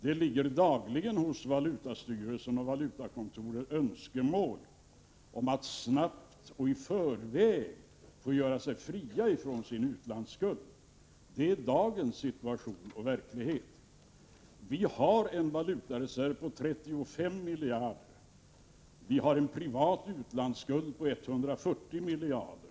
Det kommer dagligen till valutastyrelsen och valutakontoret önskemål om att man snabbt och i förväg skall få göra sig fri från sin utlandsskuld — det är dagens situation och dagens verklighet. Vi har en valutareserv på 35 miljarder kronor. Den privata utlandsskulden uppgår till 140 miljarder.